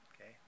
okay